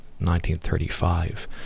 1935